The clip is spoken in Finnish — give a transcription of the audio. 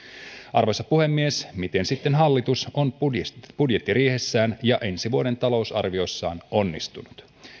arvoisa puhemies miten sitten hallitus on budjettiriihessään ja ensi vuoden talousarviossaan onnistunut